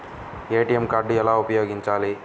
ATM card ఎలా ఉపయోగించాలి?